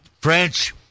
French